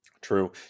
True